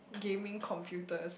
gaming computers